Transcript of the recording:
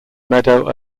meadow